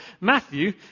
Matthew